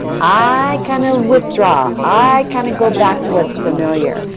i kind of withdraw, i kind of go back to what's familiar.